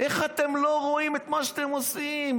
איך אתם לא רואים את מה שאתם עושים,